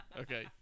Okay